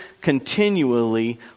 continually